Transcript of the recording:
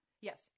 Yes